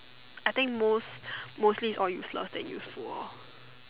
I think most mostly it's all useless that use for